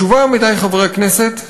התשובה, עמיתי חברי הכנסת,